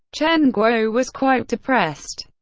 chen guo was quite depressed.